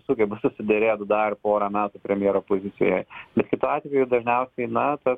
sugeba susiderėt dar pora metų premjero pozicijoj bet kitu atveju dažniausiai na tas